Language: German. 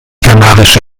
kanarische